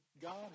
God